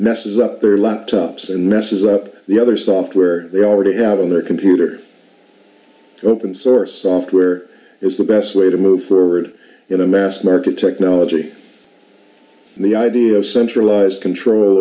messes up their laptops and messes up the other software they already have on their computer open source software is the best way to move forward in a mass market technology the idea of centralized control